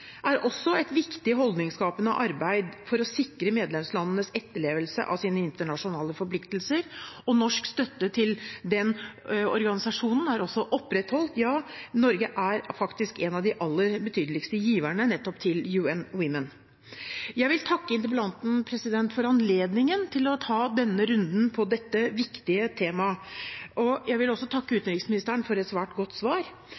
også et viktig holdningsskapende arbeid for å sikre medlemslandenes etterlevelse av sine internasjonale forpliktelser, og norsk støtte til den organisasjonen er også opprettholdt – ja, Norge er faktisk en av de aller betydeligste giverne nettopp til UN Women. Jeg vil takke interpellanten for anledningen til å ta denne runden på dette viktige temaet, og jeg vil også takke utenriksministeren for et svært godt svar.